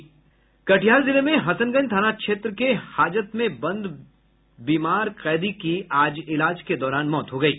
कटिहार जिले में हसनगंज थाना के हाजत में बंद बीमार एक कैदी की आज इलाज के दौरान मौत हो गयी